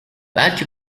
belki